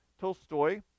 Tolstoy